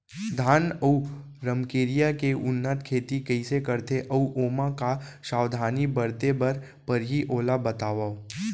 धान अऊ रमकेरिया के उन्नत खेती कइसे करथे अऊ ओमा का का सावधानी बरते बर परहि ओला बतावव?